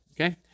Okay